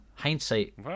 Hindsight